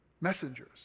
messengers